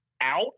out